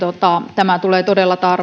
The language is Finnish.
tämä tulee todella